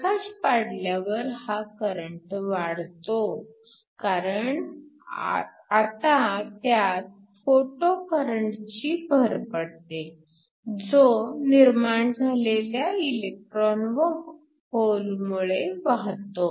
प्रकाश पाडल्यावर हा करंट वाढतो कारण आता त्यात फोटो करंटची भर पडते जो निर्माण झालेल्या इलेक्ट्रॉन व होलमुळे वाहतो